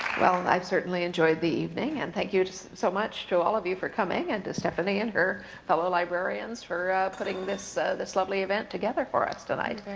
well, i've certainly enjoyed the evening and thank you so much to all of you for coming, and to stephenee and her fellow librarians for putting this this lovely event together for us tonight. you've very